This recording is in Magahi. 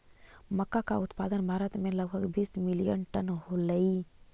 मक्का का उत्पादन भारत में लगभग बीस मिलियन टन होलई